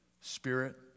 Spirit